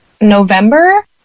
November